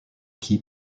key